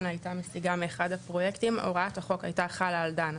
הייתה משיגה מאחד הפרויקטים הוראת החוק הייתה חלה על דנה.